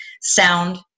sound